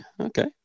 okay